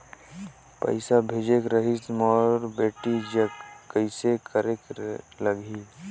पइसा भेजेक रहिस मोर बेटी जग कइसे करेके लगही?